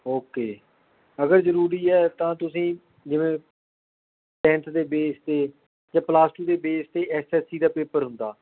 okay ਅਗਰ ਜ਼ਰੂਰੀ ਹੈ ਤਾਂ ਤੁਸੀਂ ਜਿਵੇਂ ਟੈਂਨਥ ਦੇ ਬੇਸ 'ਤੇ ਜਾਂ ਪਲੱਸ ਟੂ ਦੇ ਬੇਸ 'ਤੇ ਐਸ ਐਸ ਸੀ ਦਾ ਪੇਪਰ ਹੁੰਦਾ